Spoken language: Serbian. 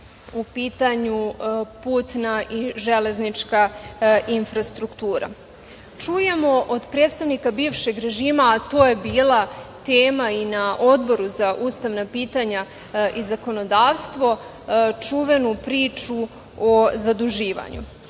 u pitanju put i železnička infrastruktura. Čujemo od predstavnika bivšeg režima, a to je bila tema i na Odboru za ustavna pitanja i zakonodavstvo, čuvenu priču o zaduživanju.